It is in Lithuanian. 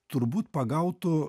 turbūt pagautų